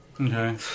Okay